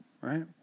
right